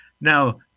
Now